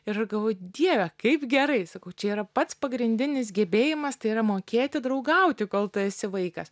ir aš galvoju dieve kaip gerai sakau čia yra pats pagrindinis gebėjimas tai yra mokėti draugauti kol tu esi vaikas